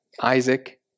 Isaac